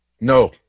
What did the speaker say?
No